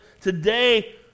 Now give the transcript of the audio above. Today